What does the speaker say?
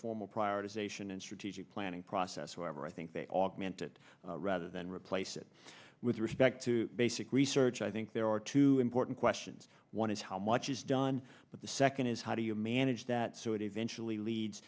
formal prioritization and strategic planning process however i think they augment it rather than replace it with respect to basic research i think there are two important questions one is how much is done but the second is how do you manage that so it eventually leads